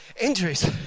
injuries